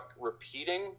repeating